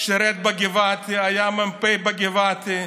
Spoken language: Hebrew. שירת בגבעתי, היה מ"פ בגבעתי,